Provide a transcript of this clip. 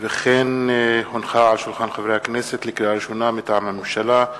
לקריאה ראשונה, מטעם הממשלה: